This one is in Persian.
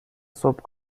صبح